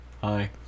Hi